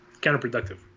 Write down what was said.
counterproductive